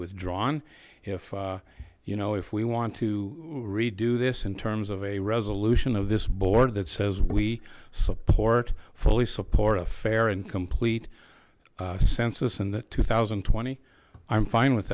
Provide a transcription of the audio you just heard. withdrawn if you know if we want to redo this in terms of a resolution of this board that says we support fully support a fair and complete census in the two thousand and twenty i'm fine with